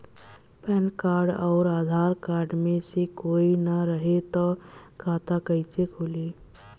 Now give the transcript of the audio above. Pan card आउर Aadhaar card मे से कोई ना रहे त खाता कैसे खुली?